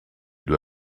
due